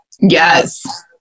yes